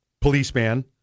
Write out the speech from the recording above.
Policeman